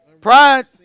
pride